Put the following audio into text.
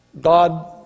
God